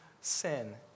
sin